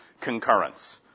concurrence